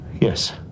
Yes